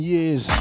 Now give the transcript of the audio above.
Years